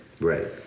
right